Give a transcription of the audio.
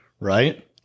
right